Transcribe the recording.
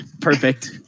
Perfect